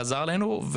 חזר אלינו,